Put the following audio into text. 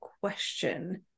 question